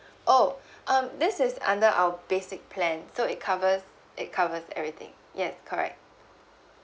oh um this is under our basic plan so it covers it covers everything yes correct